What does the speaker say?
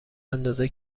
اندازه